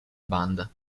banda